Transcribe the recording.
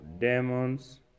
demons